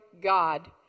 God